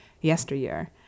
yesteryear